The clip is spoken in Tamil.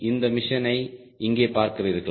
இந்த மிஷனை இங்கே பார்க்கிறீர்களா